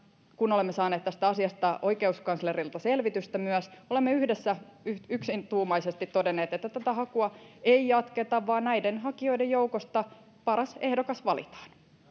kun olemme saaneet tästä asiasta myös oikeuskanslerilta selvitystä olemme valtiovarainministeri kulmunin kanssa yhdessä yksituumaisesti todenneet tänä vuonna että tätä hakua ei jatketa vaan näiden hakijoiden joukosta paras ehdokas valitaan